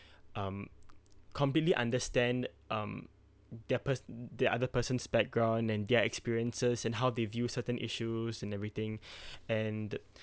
um completely understand um their pers~ the other persons background and their experiences and how they view certain issues and everything and